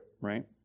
right